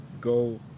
go